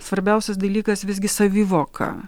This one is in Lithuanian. svarbiausias dalykas visgi savivoka